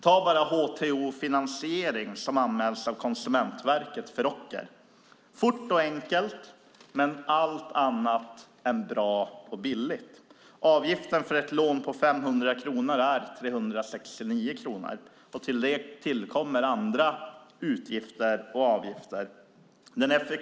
Vi har till exempel HTO Finansiering som anmälts av Konsumentverket för ocker. Fort och enkelt, men allt annat än bra och billigt. Avgiften för ett lån på 500 kronor är 369 kronor. Till det kommer andra utgifter och avgifter.